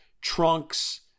trunks